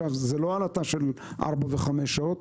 זאת לא עלטה של 4 ו-5 שעות,